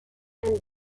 and